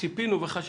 שציפינו וחשבנו.